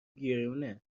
گرونه